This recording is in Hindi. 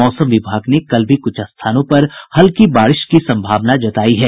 मौसम विभाग ने कल भी कुछ स्थानों पर हल्की बारिश की सम्भावना जतायी है